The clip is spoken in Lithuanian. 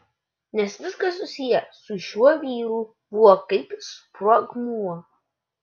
nes viskas susiję su šiuo vyru buvo kaip sprogmuo